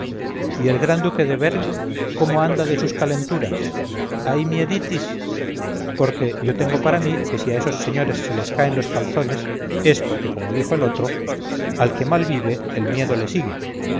y el gran duque de berg cómo anda de sus calenturas hay mieditis porque yo tengo para mí que si a esos señores se les caen los calzones es porque como dijo el otro al que mal vive el miedo le sigue